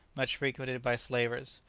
much frequented by slavers,